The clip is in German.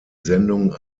sendung